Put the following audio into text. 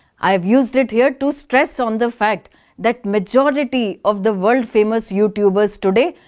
i have used it here to stress on the fact that, majority of the world-famous youtubers today,